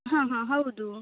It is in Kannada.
ಹಾಂ ಹಾಂ ಹೌದು